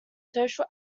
social